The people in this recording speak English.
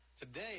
today